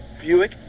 Buick